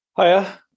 Hiya